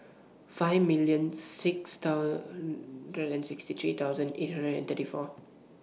five million six sixty three thousand eight hundred and thirty four